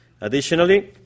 Additionally